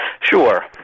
Sure